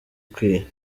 ikwiye